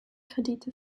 kredite